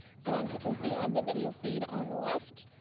so as you can see i have the video feed on the left,